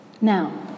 Now